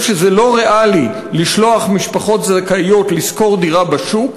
שזה לא ריאלי לשלוח משפחות זכאיות לשכור דירה בשוק.